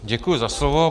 Děkuji za slovo.